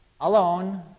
alone